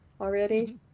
already